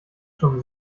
schon